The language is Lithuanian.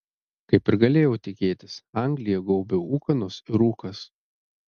kaip ir galėjau tikėtis angliją gaubė ūkanos ir rūkas